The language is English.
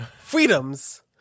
Freedoms